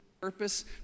purpose